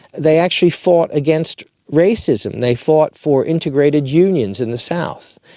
they actually fought against racism, they fought for integrated unions in the south.